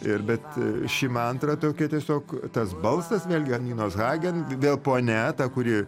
ir bet ši mantra tokia tiesiog tas balsas vėlgi ninos hagin vėl ponia ta kuri